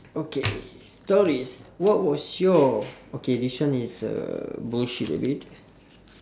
okay stories what was your okay this one is uh bullshit a bit